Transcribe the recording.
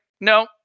no